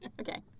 Okay